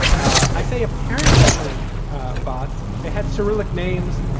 i say apparent russian botts. they had cyrillic names.